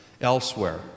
elsewhere